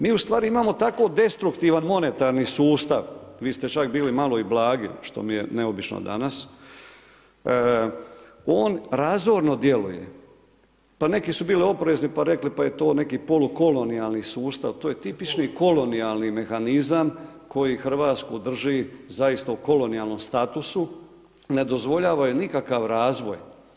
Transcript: Mi ustvari imamo tako destruktivan monetarni sustav, vi ste čak bili malo i blagi, što mi je neobično danas, on razorno djeluje, pa neki su bili oprezni i rekli pa je to neki polukolonijalni sustav, to je tipični kolonijalni mehanizam koji Hrvatsku drži zaista u kolonijalnom statusu, ne dozvoljava joj nikakav razvoj.